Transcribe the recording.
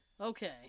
Okay